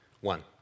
One